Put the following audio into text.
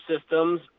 systems